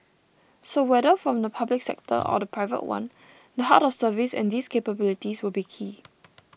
so whether from the public sector or the private one the heart of service and these capabilities will be key